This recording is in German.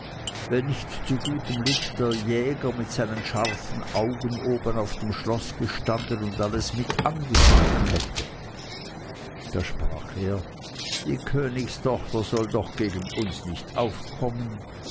wenn nicht zu gutem glück der jäger mit seinen scharfen augen oben auf dem schloß gestanden und alles mit angesehen hätte da sprach er die königstochter soll doch gegen uns nicht aufkommen